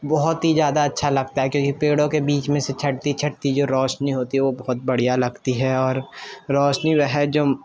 بہت ہی زیادہ اچھا لگتا ہے کیونکہ پیڑوں کے بیچ میں سے چھٹتی چھٹتی جو روشنی ہوتی ہے وہ بہت بڑھیا لگتی ہے اور روشنی وہ جو